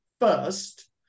first